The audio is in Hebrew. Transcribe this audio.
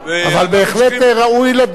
אבל בהחלט ראוי לדון.